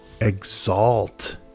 exalt